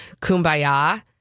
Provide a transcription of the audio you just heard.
kumbaya